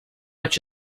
much